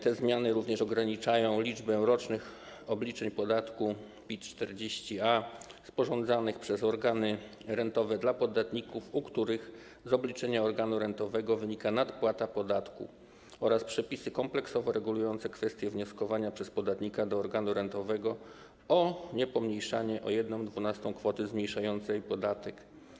Te zmiany również ograniczają liczbę rocznych obliczeń podatku PIT-40A sporządzanych przez organy rentowe dla podatników, u których z obliczenia organu rentowego wynika nadpłata podatku, oraz są to przepisy kompleksowo regulujące kwestie wnioskowania przez podatnika do organu rentowego o niepomniejszanie o 1/12 kwoty zmniejszającej podatek.